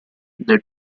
the